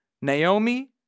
Naomi